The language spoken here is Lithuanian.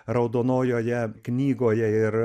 raudonojoje knygoje ir